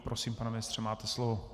Prosím, pane ministře, máte slovo.